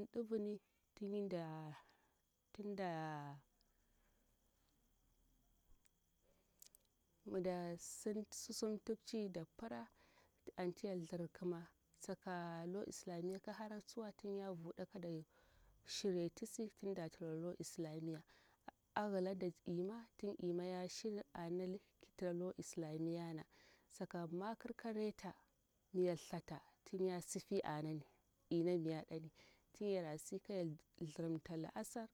Sim ɗivining tin da tin da mida sim susum tipci da pra antiya thirkima saka lo islamiya kahara tsuwa tinya vuɗa kada shiryetisi tin da tra lo islamiya ayilada ima tin ima ya shirye tisi kitira lo islamiyana saka makir ka reta miyar thata tin ya sifi ananin ina miya ɗanin tin yara si kaya thirimta kəasar